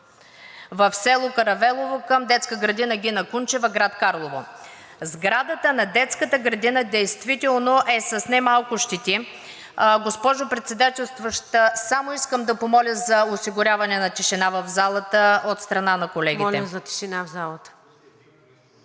в село Каравелово към детска градина „Гина Кунчева“, град Карлово. Сградата на детската градина действително е с не малко щети. (Шум и реплики.) Госпожо Председателстваща, само искам да помоля за осигуряване на тишина в залата от страна на колегите.